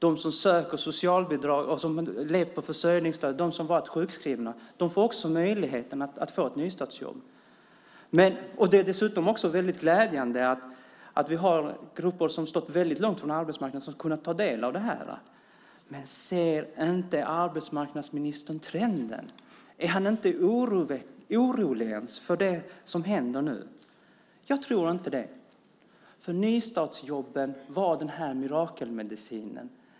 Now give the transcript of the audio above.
De som söker socialbidrag och lever på försörjningsstöd, de som har varit sjukskrivna får också möjligheten att få ett nystartsjobb. Det är dessutom väldigt glädjande att vi har grupper som har stått väldigt långt från arbetsmarknaden som ska kunna ta del av det här. Men ser inte arbetsmarknadsministern trenden? Är han inte orolig ens för det som händer nu? Jag tror inte det, för nystartsjobben var den här mirakelmedicinen.